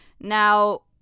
now